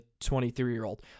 23-year-old